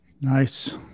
Nice